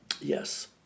Yes